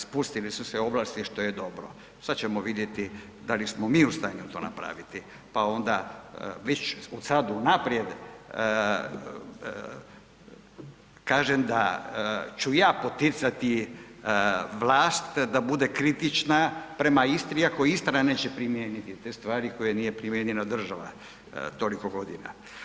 Spustile su se ovlasti što je dobro, sada ćemo vidjeti da li smo mi to u stanju napraviti pa onda već sada unaprijed kažem da ću ja poticati vlast da bude kritična prema Istri iako Istra neće primijeniti te stvari koje nije primijenila država toliko godina.